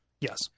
Yes